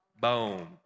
Boom